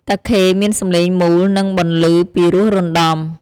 តាខេមានសំឡេងមូល និងបន្លឺពីរោះរណ្តំ។